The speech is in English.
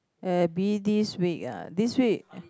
Abby this week ah this week